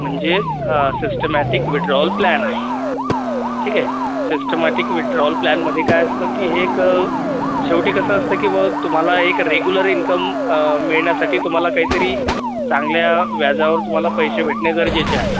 म्हणजे systematic withdrawal plan आहे ठीक आहे सिस्टमॅटिक विड्रॉअल प्लॅनमध्ये काय असतं की हे एक शेवटी कसं असतं की बुवा तुम्हाला एक रेगुलर इन्कम मिळण्यासाठी तुम्हाला काहीतरी चांगल्या व्याजावर तुम्हाला पैसे भेटणे गरजेचे आहे